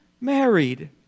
married